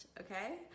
Okay